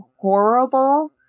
horrible